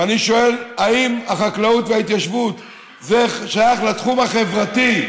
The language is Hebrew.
ואני שואל: האם החקלאות וההתיישבות שייכות לתחום החברתי,